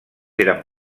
eren